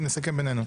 נסכם בינינו.